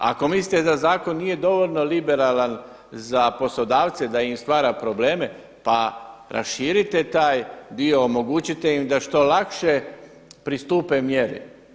Ako mislit da zakon nije dovoljno liberalan za poslodavce da im stvara probleme pa raširite taj dio, omogućite im da što lakše pristupe mjeri.